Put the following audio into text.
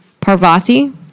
Parvati